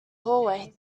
hallway